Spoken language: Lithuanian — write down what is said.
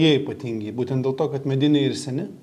jie ypatingi būtent dėl to kad mediniai ir seni